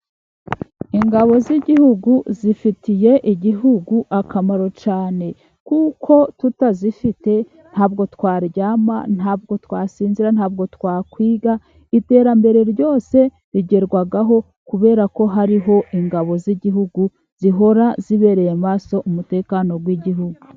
Ingabo z'igihugu, zifitiye igihugu akamaro cyane kuko tutazifite ntabwo twaryama, ntabwo twasinzira, ntabwo twakwiga, iterambere ryose rigerwaho kubera ko hariho ingabo z'igihugu, zihora zibereye maso umutekano w'igihugu .